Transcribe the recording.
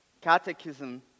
catechism